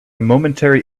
momentary